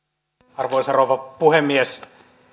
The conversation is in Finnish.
arvoisa rouva puhemies